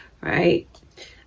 right